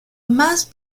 mas